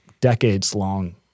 decades-long